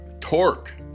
torque